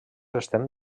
estem